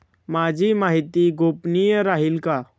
माझी माहिती गोपनीय राहील का?